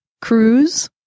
Cruise